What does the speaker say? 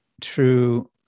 true